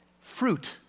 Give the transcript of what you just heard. Fruit